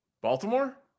Baltimore